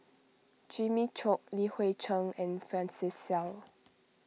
Jimmy Chok Li Hui Cheng and Francis Seow